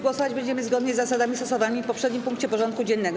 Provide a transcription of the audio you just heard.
Głosować będziemy zgodnie z zasadami stosowanymi w poprzednim punkcie porządku dziennego.